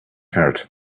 heart